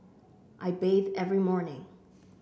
I bathe every morning